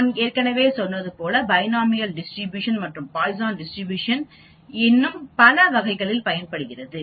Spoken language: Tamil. நாம் ஏற்கனவே சொன்னது போல் பைனோமியல் டிஸ்ட்ரிபியூஷன் மற்றும் பாய்சான் டிஸ்ட்ரிபியூஷன் இன்னும் பல வகையில் பயன்படுகிறது